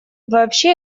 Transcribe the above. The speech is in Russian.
вообще